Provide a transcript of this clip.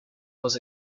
was